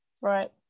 Right